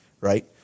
right